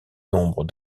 nombre